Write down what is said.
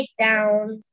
takedown